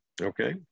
Okay